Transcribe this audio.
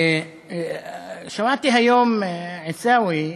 שמעתי היום, עיסאווי,